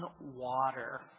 water